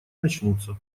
начнутся